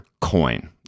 coin